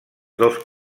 dos